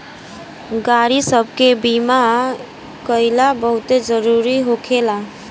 गाड़ी सब के बीमा कइल बहुते जरूरी होखेला